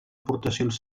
aportacions